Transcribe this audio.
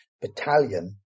battalion